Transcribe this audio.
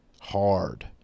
hard